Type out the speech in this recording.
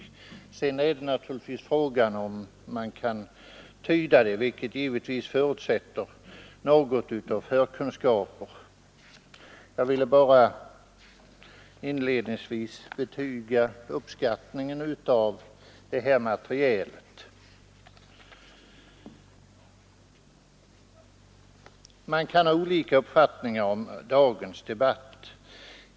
Sedan är naturligtvis frågan om man kan tyda siffrorna, vilket förutsätter en del förkunskaper. Man kan ha olika uppfattningar om dagens debatt.